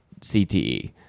CTE